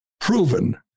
proven